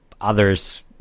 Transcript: others